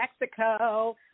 Mexico